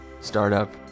startup